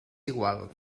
igual